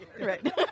Right